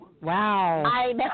Wow